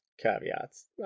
caveats